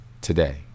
today